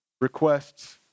requests